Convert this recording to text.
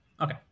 Okay